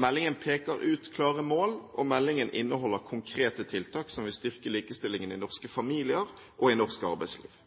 Meldingen peker ut klare mål, og den inneholder konkrete tiltak som vil styrke likestillingen i norske familier og norsk arbeidsliv.